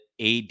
AD